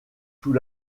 sous